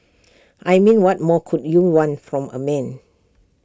I mean what more could you want from A man